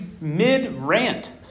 mid-rant